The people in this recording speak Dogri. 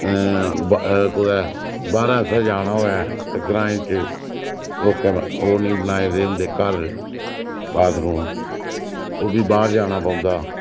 कुतै बाह्रा अस्सै जाना होऐ ते ग्राएं च लोकें ओह् नी बनाए दे होंदे घर बाथरूम ओह् बी बाह्र जाना पौंदा